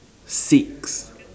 six